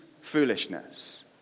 foolishness